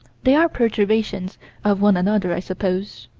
they are perturbations of one another, i suppose.